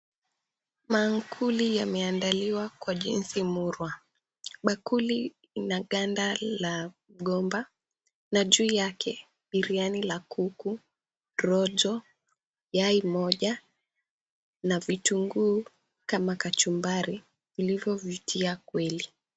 Maankuli yameandaliwa kwa jinsi murwa. Bakuli ina ganda la gomba na juu yake biriani la kuku, rojo, yai moja na vitunguu kama kachumbari ilivyovutia kweli.